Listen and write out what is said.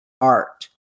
art